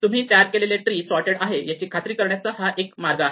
तुम्ही तयार केलेले ट्री सोर्टेड आहे याची खात्री करण्याचा हा एक मार्ग आहे